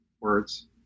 words